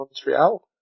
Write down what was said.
Montreal